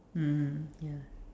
mmhmm ya